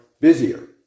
busier